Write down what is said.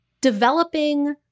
developing